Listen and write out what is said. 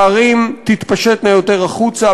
הערים תתפשטנה יותר החוצה,